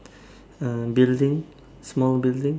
uh building small building